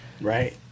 right